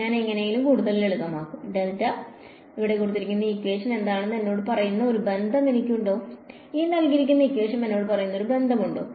ഞാൻ എങ്ങനെ കൂടുതൽ ലളിതമാക്കും എന്താണെന്ന് എന്നോട് പറയുന്ന ഒരു ബന്ധം എനിക്കുണ്ടോ എന്നോട് പറയുന്ന ഒരു ബന്ധമുണ്ടോ